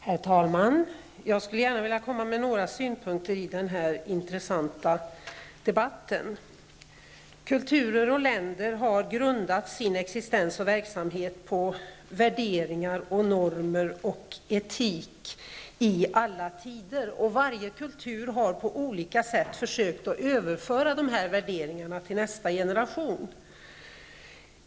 Herr talman! Jag skulle gärna vilja komma med några synpunkter i den här intressanta debatten. Kulturer och länder har i alla tider grundat sin existens och verksamhet på värderingar, normer och etik. Varje kultur har på olika sätt försökt överföra de värderingarna till nästa generation.